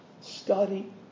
study